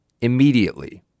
immediately